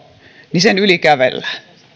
niin sen yli kävellään